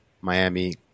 Miami